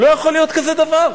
לא יכול להיות כזה דבר.